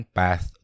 path